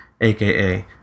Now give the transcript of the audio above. aka